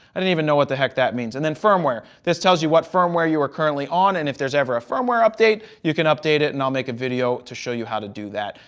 and even know what the heck that means. and then firmware, this tells you what firmware you are currently on. and if there's ever a firmware update, you can update it and i'll make a video to show you how to do that.